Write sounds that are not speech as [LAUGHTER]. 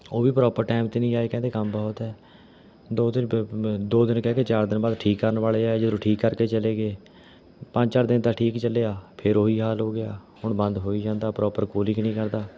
ਉਹ ਵੀ proper time 'ਤੇ ਨਹੀਂ ਆਏ ਕਹਿੰਦੇ ਕੰਮ ਬਹੁਤ ਹੈ ਦੋ ਦਿਨ [UNINTELLIGIBLE] ਦੋ ਦਿਨ ਕਹਿ ਕੇ ਚਾਰ ਦਿਨ ਬਾਅਦ ਠੀਕ ਕਰਨ ਵਾਲੇ ਆਏ ਜਦੋਂ ਠੀਕ ਕਰ ਕੇ ਚਲੇ ਗਏ ਪੰਜ ਚਾਰ ਦਿਨ ਤਾਂ ਠੀਕ ਚੱਲਿਆ ਫੇਰ ਉਹੀ ਹਾਲ ਹੋ ਗਿਆ ਹੁਣ ਬੰਦ ਹੋਈ ਜਾਂਦਾ ਪ੍ਰੋਪਰ ਕੂਲਿੰਗ ਨਹੀਂ ਕਰਦਾ